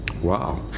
Wow